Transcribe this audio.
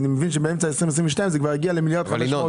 אני מבין שבאמצע שנת 2022 זה כבר יגיע ל-1.5 מיליארד ש"ח.